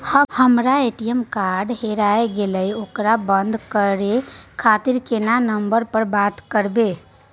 हमर ATM card हेराय गेले ओकरा बंद करे खातिर केना नंबर पर बात करबे?